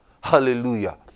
Hallelujah